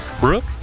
brooke